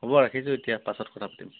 হ'ব ৰাখিছোঁ এতিয়া পাছত কথা পাতিম